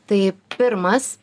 tai pirmas